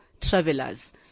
Travelers